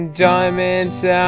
diamonds